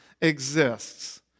exists